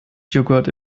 joghurt